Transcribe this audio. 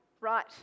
right